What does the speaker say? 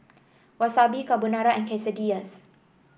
Wasabi Carbonara and Quesadillas